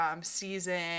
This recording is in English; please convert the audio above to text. season